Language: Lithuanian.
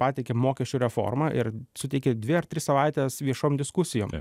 pateikė mokesčių reformą ir suteikia dvi ar tris savaites viešom diskusijom